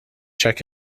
check